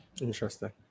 Interesting